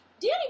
Danny